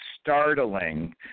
startling